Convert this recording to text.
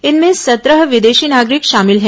इनमें सत्रह विदेशी नागरिक शामिल हैं